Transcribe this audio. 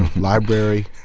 library,